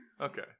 Okay